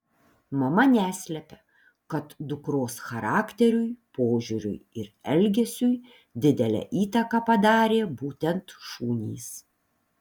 mama neslepia kad dukros charakteriui požiūriui ir elgesiui didelę įtaką padarė būtent šunys